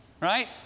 right